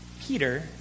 Peter